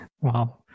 Wow